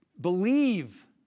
believe